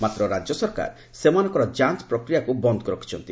ମାତ୍ର ରାଜ୍ୟ ସରକାର ସେମାନଙ୍କର ଯାଞ୍ଚ ପ୍ରକ୍ରିୟାକୁ ବନ୍ଦ କରି ରଖିଛନ୍ତି